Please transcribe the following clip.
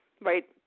right